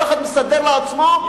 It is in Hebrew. כל אחד מסדר לעצמו,